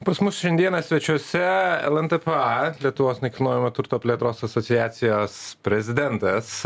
pas mus šiandieną svečiuose el en t p va lietuvos nekilnojamo turto plėtros asociacijos prezidentas